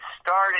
started